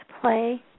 play